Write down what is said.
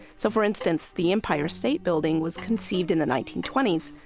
so for instance, the empire state building was conceived in the nineteen twenty s,